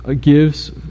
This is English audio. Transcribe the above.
gives